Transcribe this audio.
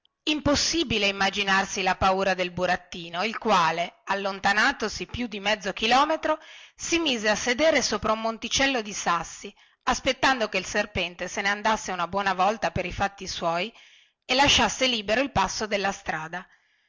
impossibile immaginarsi la paura del burattino il quale allontanatosi più di mezzo chilometro si mise a sedere sopra un monticello di sassi aspettando che il serpente se ne andasse una buona volta per i fatti suoi e lasciasse libero il passo della strada